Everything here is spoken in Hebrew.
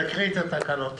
אנא הקריאי את נוסח התקנות.